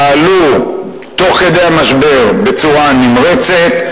פעלו תוך כדי המשבר בצורה נמרצת,